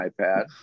iPad